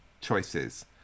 choices